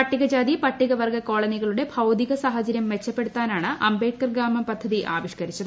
പട്ടികജാതി പട്ടികവർഗ്ഗ കോളനികളുടെ ഭൌതിക സാഹചര്യം മെച്ചപ്പെടുത്താനാണ് അംബേദ്കർ ഗ്രാമം പദ്ധതി ആവിഷ്കരിച്ചത്